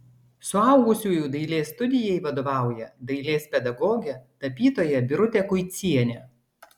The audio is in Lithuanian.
suaugusiųjų dailės studijai vadovauja dailės pedagogė tapytoja birutė kuicienė